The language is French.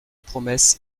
promesse